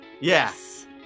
Yes